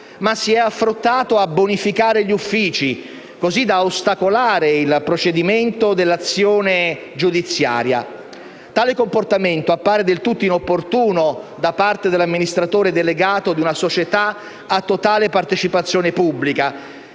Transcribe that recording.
ma si è affrettato a «bonificare» gli uffici, così da ostacolare il procedimento dell'azione giudiziaria. Tale comportamento appare del tutto inopportuno da parte dell'amministratore delegato di una società a totale partecipazione pubblica,